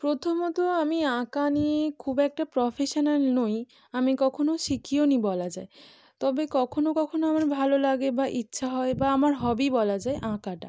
প্রথমত আমি আঁকা নিয়ে খুব একটা প্রফেশনাল নই আমি কখনো শিখিওনি বলা যায় তবে কখনো কখনো আমার ভালো লাগে বা ইচ্ছা হয় বা আমার হবি বলা যায় আঁকাটা